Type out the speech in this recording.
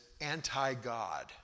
anti-God